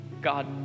God